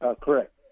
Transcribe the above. Correct